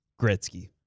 Gretzky